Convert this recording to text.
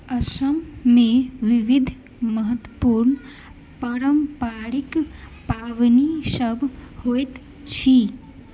असममे विविध महत्वपूर्ण पारम्परिक पावनिसभ होइत अछि